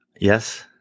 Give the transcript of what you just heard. Yes